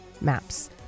maps